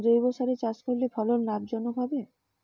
জৈবসারে চাষ করলে ফলন লাভজনক হবে?